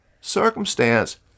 circumstance